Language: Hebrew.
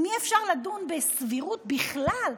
אם אי-אפשר לדון בסבירות בכלל,